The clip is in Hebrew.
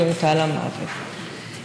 נורתה למוות,